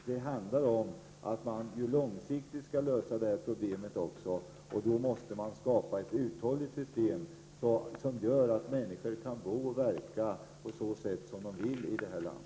Det handlar om att långsiktigt lösa problemet, och då måste man skapa ett uthålligt system, som gör att människor kan bo och verka på det sätt som de vill i detta land.